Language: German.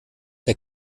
der